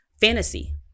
fantasy